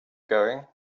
going